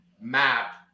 map